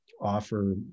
offer